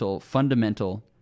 fundamental